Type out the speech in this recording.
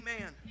amen